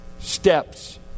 steps